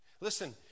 Listen